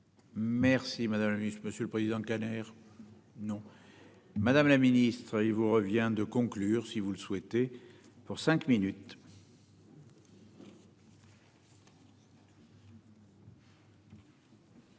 Merci madame la ministre. Monsieur le Président Kader non. Madame la Ministre. Il vous revient de conclure si vous le souhaitez pour cinq minutes. Merci